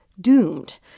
doomed